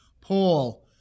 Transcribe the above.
Paul